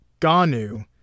GANU